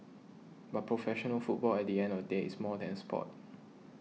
but professional football at the end of the day is more than a sport